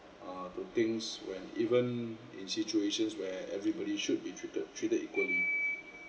uh to things when even in situations where everybody should be treated treated equally